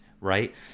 right